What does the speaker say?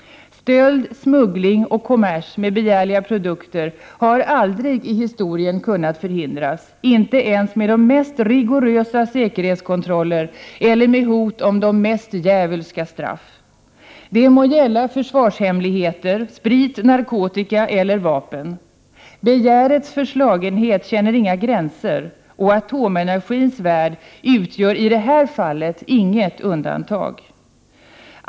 Stöld, smuggling och kommers med begärliga produkter har aldrig i historien kunnat förhindras, inte ens med de mest rigorösa säkerhetskontroller eller med hot om de mest djävulska straff — det må ha gällt försvarshemligheter, sprit, narkotika eller vapen. Begärets förslagenhet känner inga gränser, och atomenergins värld utgör inget undantag.